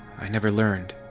i never learned.